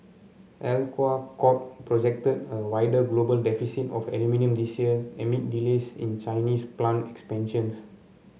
Alcoa Corp projected a wider global deficit of aluminium this year amid delays in Chinese plant expansions